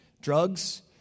drugs